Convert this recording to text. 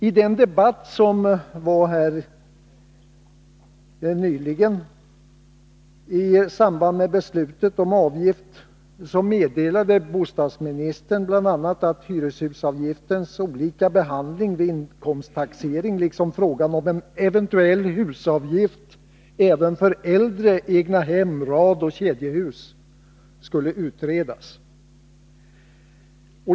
I den debatt som nyligen fördes i samband med beslutet om avgift meddelade bostadsministern bl.a. att hyreshusavgiftens olika behandling vid inkomsttaxering liksom frågan om en eventuell husavgift även för äldre egnahem, radoch kedjehus skulle utredas.